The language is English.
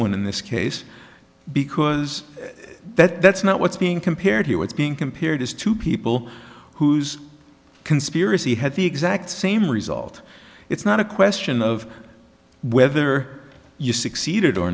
one in this case because that that's not what's being compared here what's being compared is to people whose conspiracy had the exact same result it's not a question of whether you succeeded or